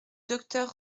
docteur